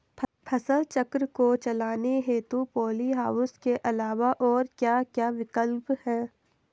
फसल चक्र को चलाने हेतु पॉली हाउस के अलावा और क्या क्या विकल्प हैं?